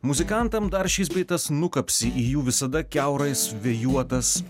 muzikantam dar šis bei tas nukapsi į jų visada kiaurais vėjuotas